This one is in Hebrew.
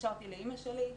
התקשרתי לאמא שלי,